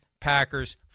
Packers